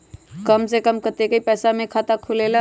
कम से कम कतेइक पैसा में खाता खुलेला?